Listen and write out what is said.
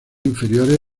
inferiores